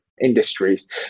industries